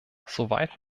soweit